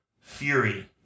Fury